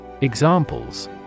Examples